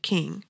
King